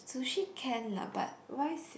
sushi can lah but why s~